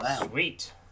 Sweet